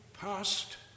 past